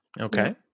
Okay